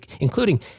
including